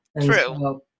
True